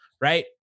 right